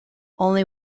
only